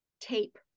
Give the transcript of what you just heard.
tape